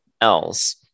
else